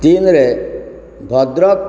ତିନିରେ ଭଦ୍ରକ